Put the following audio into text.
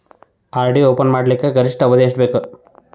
RD open ಮಾಡಲಿಕ್ಕ ಗರಿಷ್ಠ ಅವಧಿ ಎಷ್ಟ ಬೇಕು?